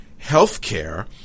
healthcare